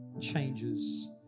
changes